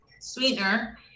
sweetener